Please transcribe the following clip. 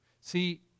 See